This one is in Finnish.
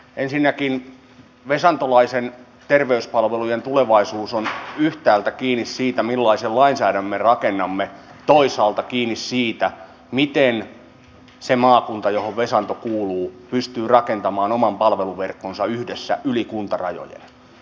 ensinnäkin vesantolaisten terveyspalvelujen tulevaisuus on yhtäältä kiinni siitä millaisen lainsäädännön me rakennamme toisaalta kiinni siitä miten se maakunta johon vesanto kuuluu pystyy rakentamaan oman palveluverkkonsa yhdessä yli kuntarajojen